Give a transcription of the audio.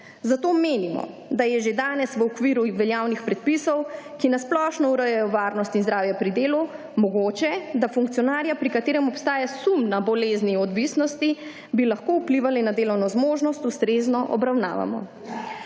Zato menimo, da je že danes v okviru veljavnih predpisov, ki na splošno urejajo varnost in zdravje pri delu, mogoče da funkcionarja pri katerem obstaja sum na bolezni odvisnosti, bi lahko vplivale na delovno zmožnost, ustrezno obravnavamo.